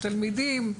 תלמידים.